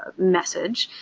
ah message,